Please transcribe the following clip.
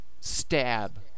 stab